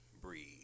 breathe